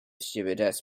stewardess